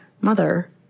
mother